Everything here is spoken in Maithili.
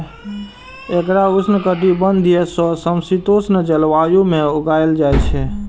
एकरा उष्णकटिबंधीय सं समशीतोष्ण जलवायु मे उगायल जाइ छै